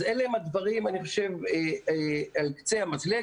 אלה הם הדברים על קצה המזלג.